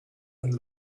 and